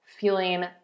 feeling